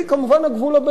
הגבול הבין-לאומי.